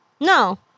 No